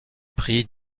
prix